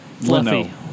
Fluffy